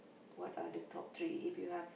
what are the top three if you have